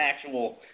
actual